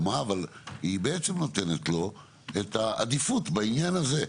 היא בעצם נותנת לו את העדיפות בעניין הזה,